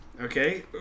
Okay